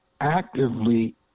actively